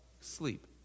Sleep